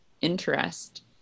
interest